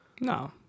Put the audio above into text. No